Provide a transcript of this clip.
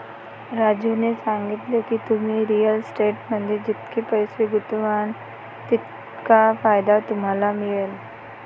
राजूने सांगितले की, तुम्ही रिअल इस्टेटमध्ये जितके पैसे गुंतवाल तितका फायदा तुम्हाला मिळेल